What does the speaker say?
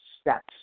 steps